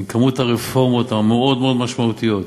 בכמות הרפורמות המאוד-מאוד משמעותיות,